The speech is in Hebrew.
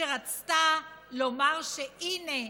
כשרצתה לומר שהינה,